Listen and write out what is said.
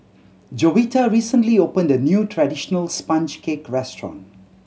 Jovita recently opened a new traditional sponge cake restaurant